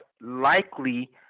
likely